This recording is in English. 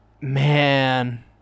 man